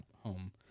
home